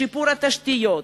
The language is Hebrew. שיפור התשתיות,